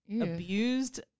abused